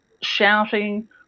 shouting